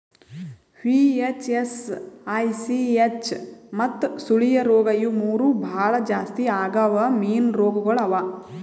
VHS, ICH ಮತ್ತ ಸುಳಿಯ ರೋಗ ಇವು ಮೂರು ಭಾಳ ಜಾಸ್ತಿ ಆಗವ್ ಮೀನು ರೋಗಗೊಳ್ ಅವಾ